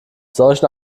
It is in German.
solchen